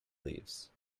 leaves